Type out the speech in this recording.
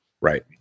Right